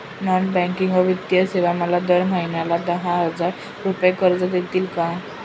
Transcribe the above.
Non banking व वित्तीय सेवा मला दर महिन्याला दहा हजार रुपये कर्ज देतील का?